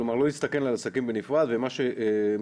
כלומר לא להסתכל על עסקים בנפרד ומה שמסתכלים